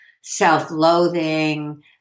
self-loathing